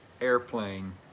airplane